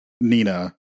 nina